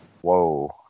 Whoa